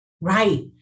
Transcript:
Right